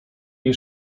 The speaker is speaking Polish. jej